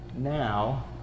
Now